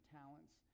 talents